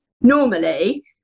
normally